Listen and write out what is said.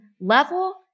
level